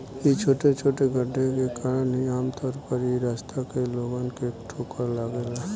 इ छोटे छोटे गड्ढे के कारण ही आमतौर पर इ रास्ता में लोगन के ठोकर लागेला